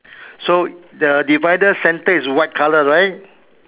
so the divider center is white color right